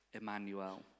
Emmanuel